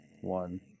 one